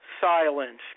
silence